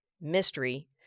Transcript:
mystery